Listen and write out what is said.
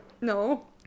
no